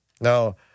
Now